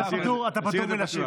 אתה פטור מלהשיב.